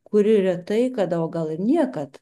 kuri retai kada o gal ir niekad